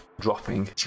dropping